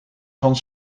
van